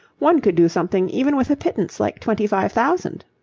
one could do something even with a pittance like twenty-five thousand.